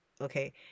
Okay